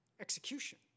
execution